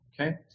okay